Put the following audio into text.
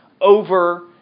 over